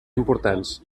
importants